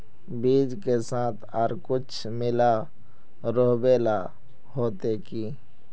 बीज के साथ आर कुछ मिला रोहबे ला होते की?